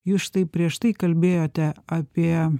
jūs štai prieš tai kalbėjote apie